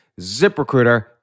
ZipRecruiter